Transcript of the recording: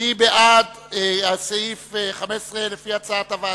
מי בעד, ירים את ידו.